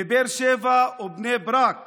מבאר שבע או בני ברק